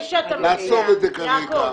לעצור את זה כרגע.